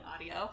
audio